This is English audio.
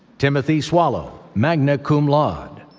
timothy swallow, magna cum laude.